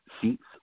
seats